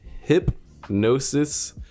Hypnosis